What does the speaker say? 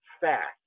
fast